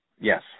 Yes